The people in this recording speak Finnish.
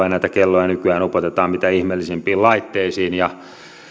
ja näitä kelloja nykyään upotetaan mitä ihmeellisimpiin laitteisiin ja